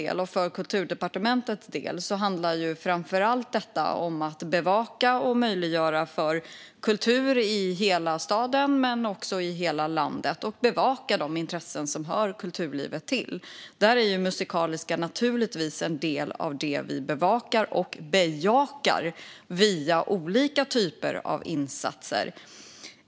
För min och Kulturdepartementets del handlar detta framför allt om att bevaka och möjliggöra kultur i hela staden men också i hela landet och om att bevaka de intressen som hör kulturlivet till. Musikaliska är naturligtvis en del av det vi bevakar och bejakar via olika typer av insatser.